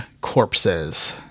corpses